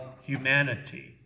humanity